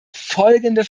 folgende